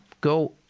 go